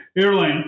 airline